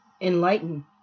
Enlighten